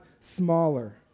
smaller